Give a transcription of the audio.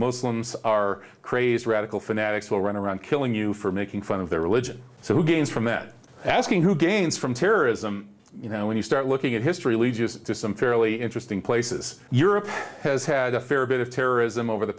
muslims are crazed radical fanatics will run around killing you for making fun of their religion so who gains from that asking who gains from terrorism you know when you start looking at history leads us to some fairly interesting places europe has had a fair bit of terrorism over the